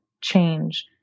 change